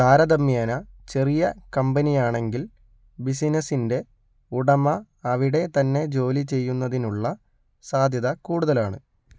താരതമ്യേന ചെറിയ കമ്പനിയാണെങ്കിൽ ബിസിനസ്സിന്റെ ഉടമ അവിടെ തന്നെ ജോലി ചെയ്യുന്നതിനുള്ള സാധ്യത കൂടുതലാണ്